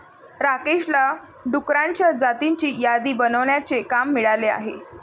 राकेशला डुकरांच्या जातींची यादी बनवण्याचे काम मिळाले आहे